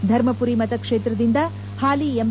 ಧರ್ಮಮರಿ ಮತ ಕ್ಷೇತ್ರದಿಂದ ಹಾಲಿ ಎಂ